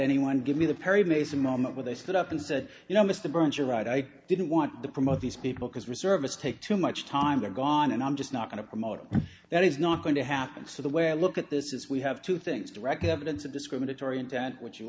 anyone give me the perry mason moment where they stood up and said you know mr burns you're right i didn't want to promote these people because reservist take too much time are gone and i'm just not going to promote that is not going to happen so the way i look at this is we have two things direct evidence of discriminatory intent which you